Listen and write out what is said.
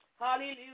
Hallelujah